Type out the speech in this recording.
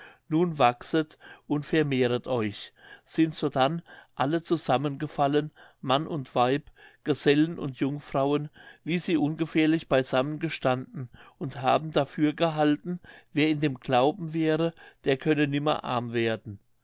nun wachset und vermehret euch sind sodann alle zusammengefallen mann und weib gesellen und jungfrauen wie sie ungefährlich beisammen gestanden und haben dafür gehalten wer in dem glauben wäre der könne nimmer arm werden